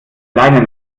leine